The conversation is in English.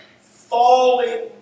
falling